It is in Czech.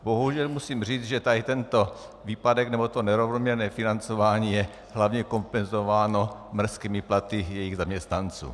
Bohužel musím říct, že tento výpadek, nebo to nerovnoměrné financování je hlavně kompenzováno mrzkými platy jejích zaměstnanců.